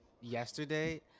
yesterday